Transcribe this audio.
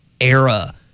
era